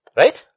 right